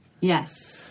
Yes